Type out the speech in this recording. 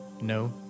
No